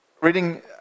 Reading